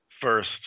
first